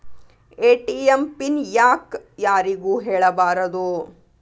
ATM pin ಯಾಕ್ ಯಾರಿಗೂ ಹೇಳಬಾರದು?